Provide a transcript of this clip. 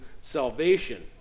salvation